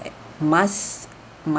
must